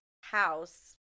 house